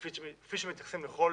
כפי שמתייחסים לכל